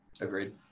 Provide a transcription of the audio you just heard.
agreed